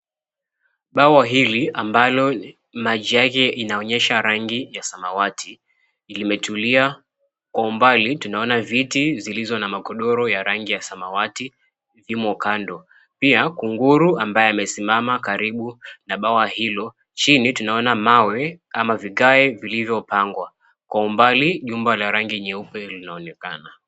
Bawa hili ambalo maji yake inaonyesha rangi ya samawati limetulia. Kwa umbali tunaona vitii zilizo na magondoro ya rangi ya samawati vimo kando. Pia kunguru ambaye amesimama karibu na bwawa hilo. Chini tunaona mawe ama vigae vilivyopangwa. Kwa umbali nyumba la rangi nyeupe linaonekana.